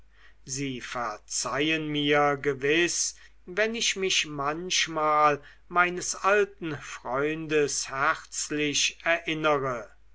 sie verzeihen mir gewiß wenn ich mich manchmal meines alten freundes herzlich erinnere